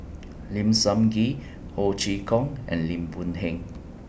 Lim Sun Gee Ho Chee Kong and Lim Boon Heng